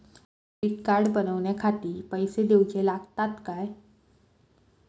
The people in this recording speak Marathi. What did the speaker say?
डेबिट कार्ड बनवण्याखाती पैसे दिऊचे लागतात काय?